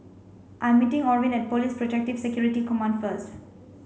I'm meeting Orvin at Police Protective Security Command first